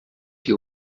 die